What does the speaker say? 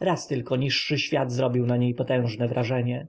raz tylko niższy świat zrobił na niej potężne wrażenie